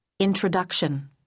Introduction